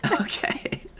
Okay